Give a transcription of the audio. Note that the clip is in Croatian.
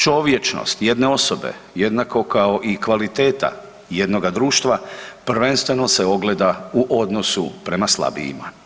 Čovječnost jedne osobe jednako kao i kvaliteta jednoga društva prvenstveno se ogleda u odnosu prema slabijima.